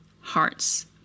hearts